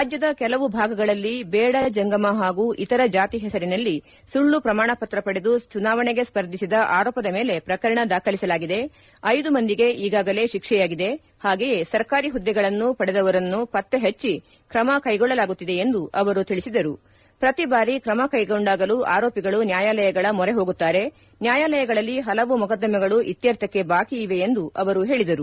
ರಾಜ್ಯದ ಕೆಲವು ಭಾಗಗಳಲ್ಲಿ ದೇಡ ಜಂಗಮ ಹಾಗೂ ಇತರ ಜಾತಿ ಹೆಸರಿನಲ್ಲಿ ಸುಳ್ಳು ಪ್ರಮಾಣಪತ್ರ ಪಡೆದು ಚುನಾವಣೆಗೆ ಸ್ಪರ್ಧಿಸಿದ ಆರೋಪದ ಮೇಲೆ ಪ್ರಕರಣ ದಾಖಲಿಸಲಾಗಿದೆ ಐದು ಮಂದಿಗೆ ಈಗಾಗಲೇ ತಿಕ್ಷೆ ಆಗಿದೆ ಹಾಗೆಯೇ ಸರ್ಕಾರಿ ಹುದ್ದೆಗಳನ್ನು ಪಡೆದವರನ್ನು ಪತ್ತೆ ಪಟ್ಟ ಕ್ರಮಕ್ಟೆಗೊಳ್ಳಲಾಗುತ್ತಿದೆ ಎಂದು ಅವರು ತಿಳಿಸಿದರುಪ್ರತಿ ಬಾರಿ ತ್ರಮಕ್ಟೆಗೊಂಡಾಗಲೂ ಆರೋಪಿಗಳು ನ್ಯಾಯಾಲಯಗಳ ಮೊರೆ ಹೋಗುತ್ತಾರೆ ನ್ಯಾಯಾಲಯಗಳಲ್ಲಿ ಪಲವು ಮೊಕದ್ದಮಗಳು ಇತ್ಸರ್ಥಕ್ಕೆ ಬಾಕಿ ಇವೆ ಎಂದು ಅವರು ಹೇಳಿದರು